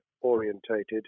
orientated